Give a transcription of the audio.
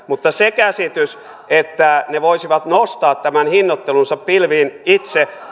mutta se käsitys että ne voisivat nostaa tämän hinnoittelunsa pilviin itse